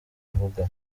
avuga